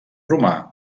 romà